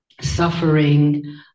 suffering